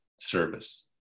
service